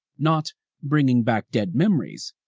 not bringing back dead memories,